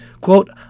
quote